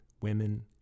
women